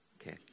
Okay